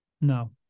No